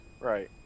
Right